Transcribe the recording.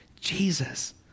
Jesus